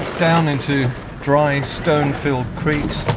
down into dry, stone-filled creeks.